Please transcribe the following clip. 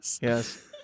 Yes